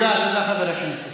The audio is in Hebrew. תודה, תודה, חבר הכנסת.